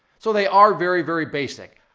so they are very, very basic.